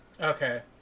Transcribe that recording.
Okay